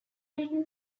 written